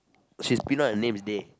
she's Pinoy and her name is Dhey